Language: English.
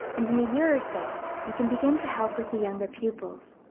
and in a year or so you can begin to help with the younger pupils.